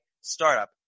startup